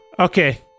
Okay